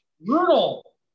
brutal